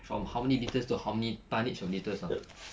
from how many litres to how many of litres ah so